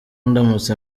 ndamutse